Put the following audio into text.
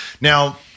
now